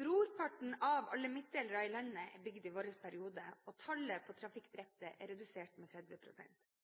Brorparten av alle midtdelere i landet er bygd i vår periode, og tallet på trafikkdrepte er redusert med